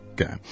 Okay